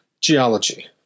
geology